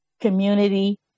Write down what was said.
community